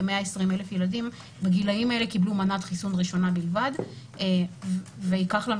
כ-120,000 ילדים בגילים האלה קיבלו מנת חיסון ראשונה בלבד וייקח לנו